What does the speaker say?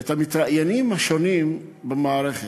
את המתראיינים השונים במערכת,